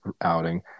outing